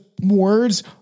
words